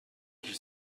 qu’il